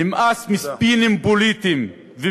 נמאס מספינים פוליטיים, תודה.